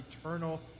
eternal